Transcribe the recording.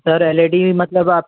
sir L E D मतलब आप